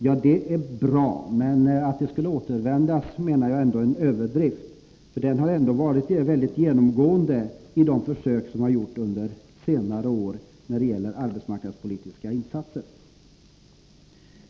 Ja, det är bra, men att man skulle ”återvända” till denna linje menar jag är en överdrift, för den linjen har varit genomgående i de försök som gjorts under senare år när det gäller arbetsmarknadspolitiska insatser.